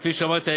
כפי שאמרתי,